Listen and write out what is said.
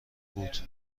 بود